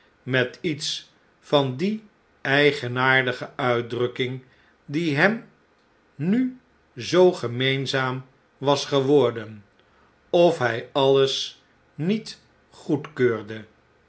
met iets van die eigenaardige uitdrukking die hem nu zoo gemeenzaam was geworden of hij alles niet goedkeurde